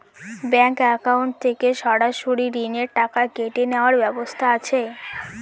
Bank account থেকে সরাসরি ঋণের টাকা কেটে নেওয়ার ব্যবস্থা আছে?